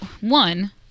one